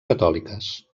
catòliques